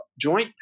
joint